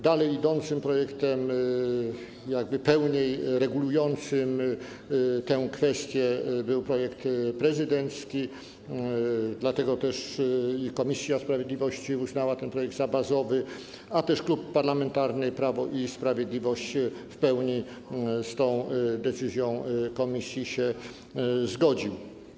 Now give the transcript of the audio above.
Dalej idącym projektem, jakby pełniej regulującym tę kwestię był projekt prezydencki, dlatego też komisja sprawiedliwości uznała ten projekt za bazowy, a Klub Parlamentarny Prawo i Sprawiedliwość w pełni z tą decyzją komisji się zgodził.